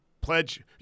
pledge